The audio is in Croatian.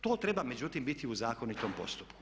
To treba međutim biti u zakonitom postupku.